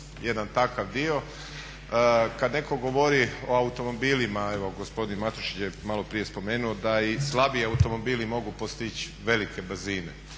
jedan takav dio. Kad netko govori o automobilima, evo gospodin Matušić je maloprije spomenuo, da i slabiji automobili mogu postići velike brzine.